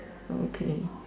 okay